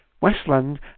Westland